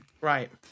Right